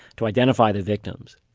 to identify the victims